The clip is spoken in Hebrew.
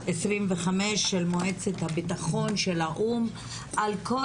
של מועצת הביטחון של האו"ם על כל